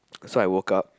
so I woke up